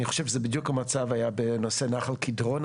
אני חושב שזה בדיוק המצב היה בנושא נחל קדרון,